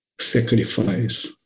sacrifice